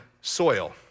soil